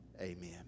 Amen